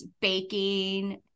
baking